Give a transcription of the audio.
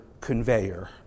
conveyor